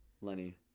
Lenny